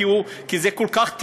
כי זה כל כך טיפשי: